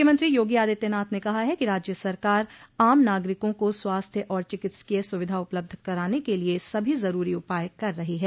मुख्यमंत्री योगी आदित्यनाथ ने कहा है कि राज्य सरकार आम नागरिकों को स्वास्थ्य और चिकित्सकीय सुविधा उपलब्ध कराने के लिए सभी ज़रूरी उपाय कर रही है